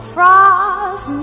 Frost